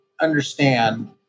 understand